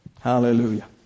hallelujah